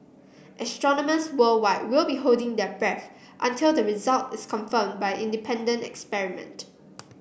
astronomers worldwide will be holding their breath until the result is confirmed by independent experiment